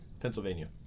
Pennsylvania